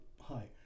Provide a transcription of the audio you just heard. hi